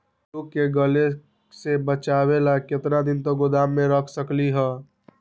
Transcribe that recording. आलू के गले से बचाबे ला कितना दिन तक गोदाम में रख सकली ह?